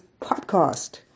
podcast